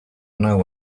know